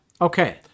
Okay